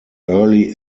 early